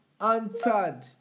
answered